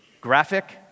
graphic